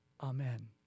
Amen